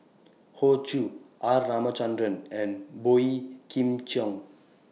Hoey Choo R Ramachandran and Boey Kim Cheng